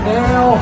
now